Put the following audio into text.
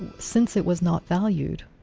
since it was not valued,